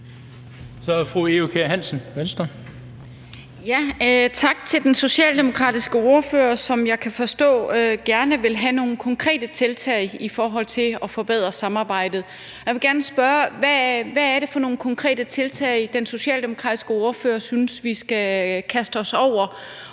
Tak til den socialdemokratiske ordfører, som jeg kan forstå gerne vil have nogle konkrete tiltag i forhold til at forbedre samarbejdet. Jeg vil gerne spørge om, hvad det er for nogle konkrete tiltag, den socialdemokratiske ordfører synes vi skal kaste os over.